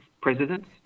presidents